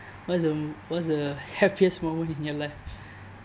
what's the what's the happiest moment in your life